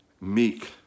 meek